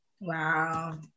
Wow